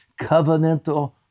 covenantal